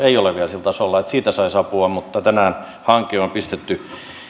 ei ole vielä sillä tasolla että siitä saisi apua mutta tänään hanke on pistetty